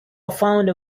founder